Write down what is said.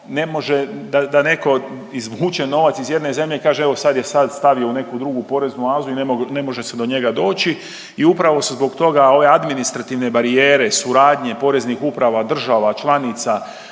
da netko izvuče novac iz jedne zemlje i kaže evo sad je stavio u neku drugu poreznu oazu i ne može se do njega doći. I upravo se zbog toga ove administrativne barijere, suradnje poreznih uprava država članica